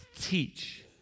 teach